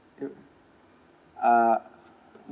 yup ah